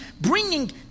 bringing